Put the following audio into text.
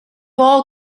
all